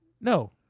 No